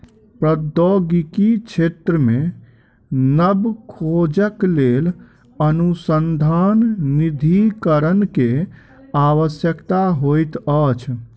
प्रौद्योगिकी क्षेत्र मे नब खोजक लेल अनुसन्धान निधिकरण के आवश्यकता होइत अछि